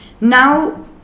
now